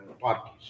parties